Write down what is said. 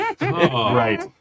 Right